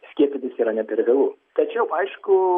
skiepytis yra ne per vėlu tačiau aišku